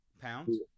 pounds